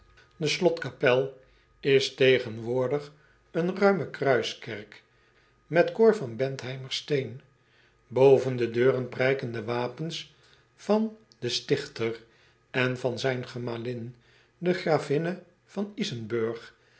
de slotkapel is tegenwoordig een ruime kruiskerk met koor van entheimer steen oven de deuren prijken de wapens van den stichter en van zijne gemalin de gravinne van